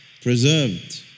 Preserved